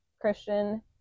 Christian